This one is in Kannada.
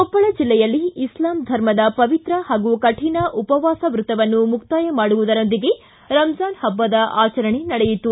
ಕೊಪ್ಪಳ ಜಿಲ್ಲೆಯಲ್ಲಿ ಇಸ್ಲಾಮ್ ಧರ್ಮದ ಪವಿತ್ರ ಹಾಗೂ ಕಠಣ ಉಪವಾಸ ವೃತವನ್ನು ಮುಕ್ತಾಯ ಮಾಡುವುದರೊಂದಿಗೆ ರಂಜಾನ ಹಬ್ಬದ ಆಚರಣೆ ನಡೆಯಿತು